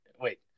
Wait